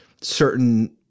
certain